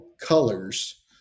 colors